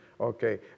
Okay